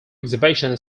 exhibition